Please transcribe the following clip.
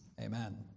Amen